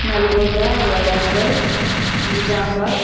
Nalgonda Warangal Nizamabad